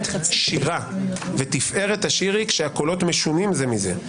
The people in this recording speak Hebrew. שירה ותפארת השיר היא כשהקולות משונים זה מזה,